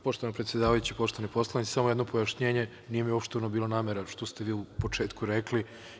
Poštovana predsedavajuća i poštovani poslanici, samo jedno pojašnjenje, nije mi uopšte ono bilo namera što ste vi u početku rekli.